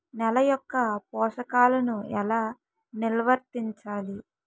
నెల యెక్క పోషకాలను ఎలా నిల్వర్తించాలి